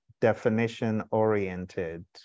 definition-oriented